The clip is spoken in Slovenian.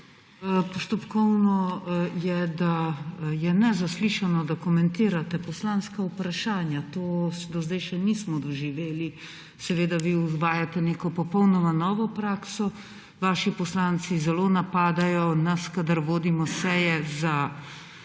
Postopkovno je, da je nezaslišano, da komentirate poslanska vprašanja. Tega do sedaj še nismo doživeli. Seveda vi uvajate neko popolnoma novo prakso. Vaši poslanci zelo napadajo nas, kadar vodimo seje, za